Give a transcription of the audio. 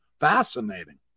Fascinating